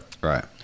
Right